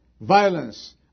Violence